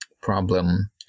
problem